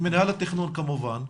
מינהל התכנון כמובן,